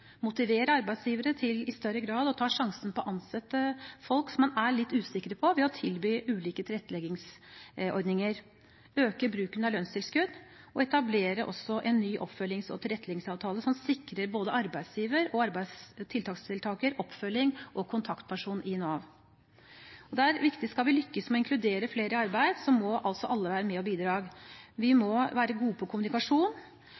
motivere arbeidsgivere til i større grad å ta sjansen på å ansette folk som en er litt usikker på, ved å tilby ulike tilretteleggingsordninger, øke bruken av lønnstilskudd og etablere en ny oppfølgings- og tilretteleggingsavtale, som sikrer både arbeidsgiver og tiltaksdeltaker oppfølging og kontaktperson i Nav. Skal vi lykkes med å inkludere flere i arbeid, må alle være med og bidra. Vi